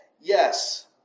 Yes